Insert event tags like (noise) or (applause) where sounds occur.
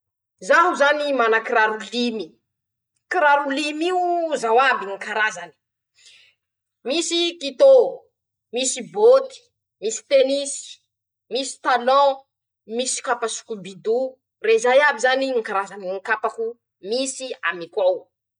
Zaho zany mana kiraro limy; kiraro lim'io, zao iaby ñy karazany: (shushes) -Misy kitô; misy bôty; misy tenisy; misy talôn, misy kapa sikobido, rezay iaby zany ñy karazany ñy kapako misy amiko ao.